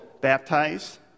baptize